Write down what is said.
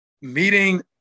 meeting